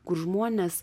kur žmonės